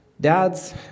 dad's